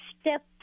step